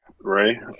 Ray